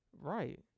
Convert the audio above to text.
Right